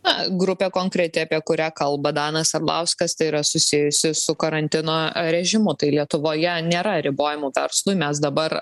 na grupė konkreti apie kurią kalba danas arlauskas tai yra susijusi su karantino režimu tai lietuvoje nėra ribojimų verslui mes dabar